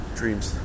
dreams